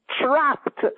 Trapped